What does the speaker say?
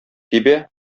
тибә